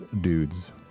dudes